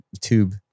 tube